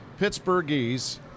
pittsburghese